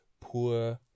poor